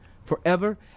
Forever